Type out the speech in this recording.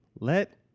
Let